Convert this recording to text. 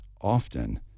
often